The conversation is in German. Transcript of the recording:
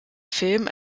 film